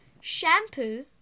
shampoo